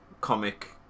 comic